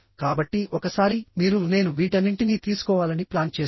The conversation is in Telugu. కాబట్టి ఒకసారి మీరు నేను వీటన్నింటినీ తీసుకోవాలని ప్లాన్ చేస్తే